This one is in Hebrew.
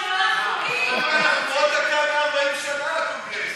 חבל, אנחנו עוד דקה 140 שנה לקונגרס.